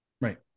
Right